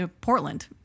Portland